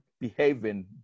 behaving